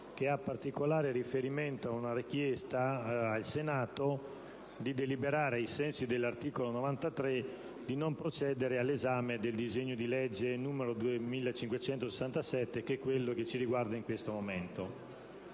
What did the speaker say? che fa particolare riferimento alla richiesta al Senato di deliberare, ai sensi dell'articolo 93 del Regolamento, di non procedere all'esame del disegno di legge n. 2567, che è quello che ci riguarda in questo momento.